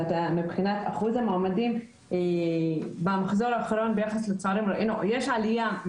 מבחינת אחוז המועמדים ראינו במחזור האחרון עלייה,